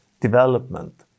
development